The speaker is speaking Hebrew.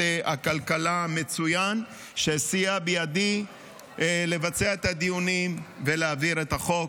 הכלכלה שסייע בידי לבצע את הדיונים ולהעביר את החוק.